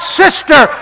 sister